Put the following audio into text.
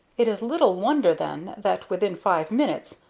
it is little wonder then that, within five minutes,